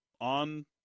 on